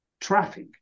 traffic